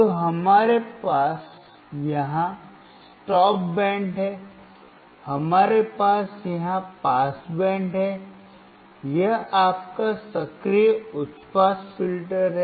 तो हमारे यहां स्टॉप बैंड है हमारे पास यहां पास बैंड है यह आपका सक्रिय उच्च पास फिल्टर है